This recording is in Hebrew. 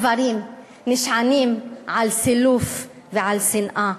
דברים נשענים על סילוף ועל שנאה.